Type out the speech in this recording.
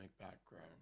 background